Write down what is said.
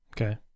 Okay